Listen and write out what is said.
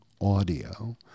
audio